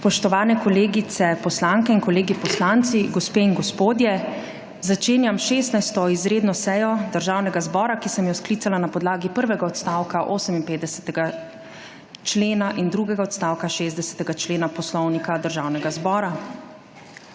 Spoštovane kolegice poslanke in kolegi poslanci, gospe in gospodje! Začenjam 16. izredno sejo Državnega zbora, ki sem jo sklicala na podlagi prvega odstavka 58. člena in drugega odstavka 60. člena Poslovnika Državnega zbora.